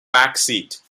backseat